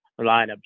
lineup